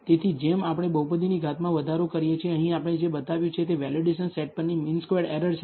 તેથી જેમ આપણે બહુપદીની ઘાતમાં વધારો કરીએ છીએ અહીં આપણે જે બતાવ્યું છે તે વેલિડેશન સેટ પરની મીન સ્ક્વેર્ડ એરર છે